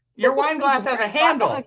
your wine glass has a handle. like